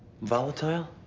Volatile